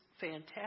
fantastic